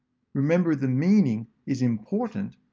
remembering the meaning is important,